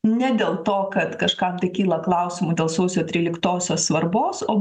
ne dėl to kad kažkam tai kyla klausimų dėl sausio tryliktosios svarbos o